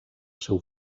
seu